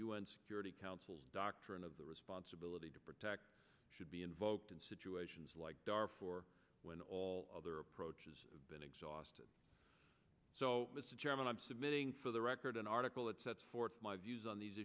un security council doctrine of the responsibility to protect should be invoked in situations like dar for when all other approaches have been exhausted so mr chairman i'm submitting for the record an article that sets forth my views on these